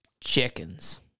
chickens